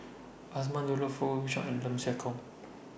Azman Abdullah Fong Chong and Lim Siah Tong